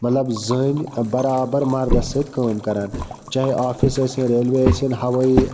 مطلب زٔنۍ برابر مَردَس سۭتۍ کٲم کَران چاہے آفِس ٲسِن ریلوے ٲسِن ہَوٲیی